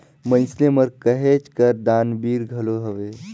मइनसे मन कहेच कर दानबीर घलो हवें